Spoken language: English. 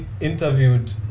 interviewed